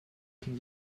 qu’il